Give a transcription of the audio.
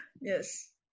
yes